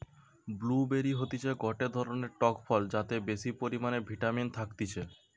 blue বেরি হতিছে গটে ধরণের টক ফল যাতে বেশি পরিমানে ভিটামিন থাকতিছে